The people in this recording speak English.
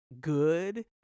Good